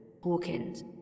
Hawkins